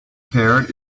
parrot